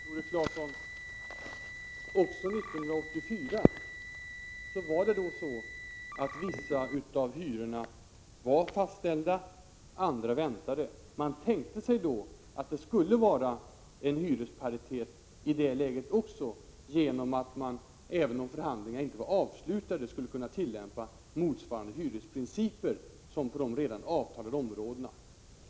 Prot. 1986/87:65 Fru talman! Även 1984, Tore Claeson, var vissa av hyrorna fastställda, 5 februari 1987 andra skulle fastställas. Man tänkte sig då att det i detta läge skulle råda en 3 i -;- Om kyrkans inställhyresparitet också genom att man, även om förhandlingarna inte var SR za Sa MN 5 ning till frågan om ett avslutade, skulle kunna tillämpa motsvarande hyresprinciper som på de vier liv redan avtalade områdena.